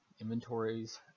inventories